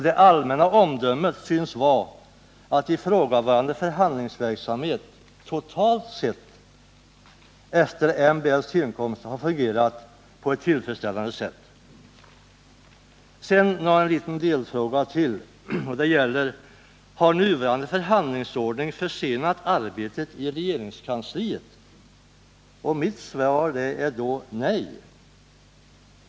Det allmänna omdömet synes vara att ifrågavarande förhandlingsverksamhet, efter MBL:s tillkomst, har fungerat på ett tillfredsställande sätt. Jag vill också ta upp ytterligare en liten delfråga, nämligen spörsmålet om huruvida nuvarande förhandlingsordning har försenat arbetet i regeringskansliet. Mitt svar är nej.